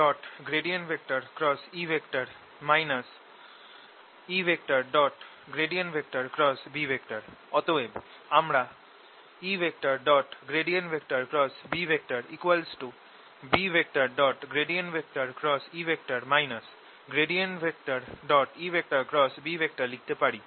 অতএব আমরা EBতএব আমরা যেটা বলে যে টা হল ই যেখানে চার্জ ডেন BE EB লিখতে পারি